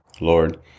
Lord